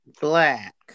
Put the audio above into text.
black